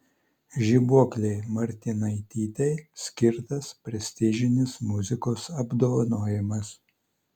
žibuoklei martinaitytei skirtas prestižinis muzikos apdovanojimas